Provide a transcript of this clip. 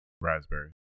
Raspberry